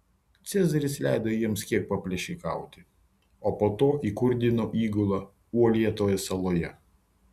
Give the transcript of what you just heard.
cezaris leido jiems kiek paplėšikauti o po to įkurdino įgulą uolėtoje saloje